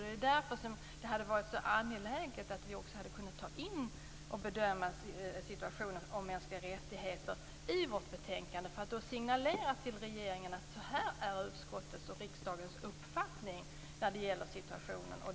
Det är därför det hade varit så angeläget att ta med en bedömning av situationen för mänskliga rättigheter i betänkandet, för att signalera till regeringen vilken uppfattning utskottet och riksdagen har i den här frågan.